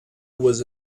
was